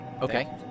Okay